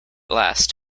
last